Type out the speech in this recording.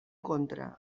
contra